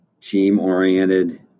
team-oriented